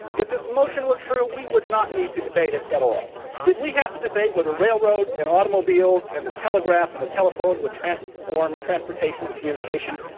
if this motion were true, we would not need to debate it at all. did we have to debate whether railroads, and automobiles, and the telegraph, and the telephone, would transform transportation and communication?